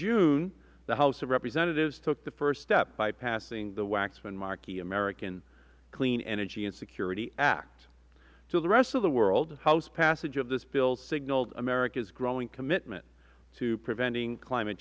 june the house of representatives took the first step by passing the waxman markey american clean energy and security act to the rest of the world house passage of this bill signaled america's growing commitment to preventing climate